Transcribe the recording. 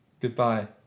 goodbye